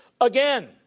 again